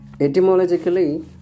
Etymologically